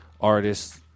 artists